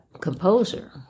composer